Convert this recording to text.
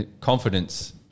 confidence